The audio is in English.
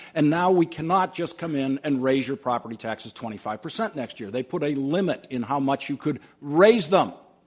and now we cannot just come in and raise your property taxes twenty five percent next year, they put a limit in how much you could raise them.